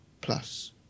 Plus